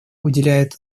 уделяет